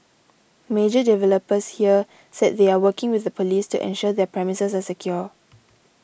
major developers here said they are working with the police to ensure their premises are secure